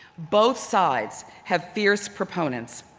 both sides have fierce proponents.